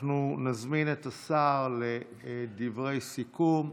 נזמין את השר לדברי סיכום.